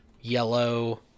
yellow